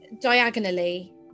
diagonally